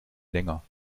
länger